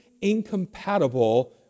incompatible